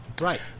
right